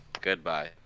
Goodbye